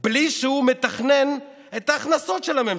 בלי שהוא מתכנן את ההכנסות של הממשלה,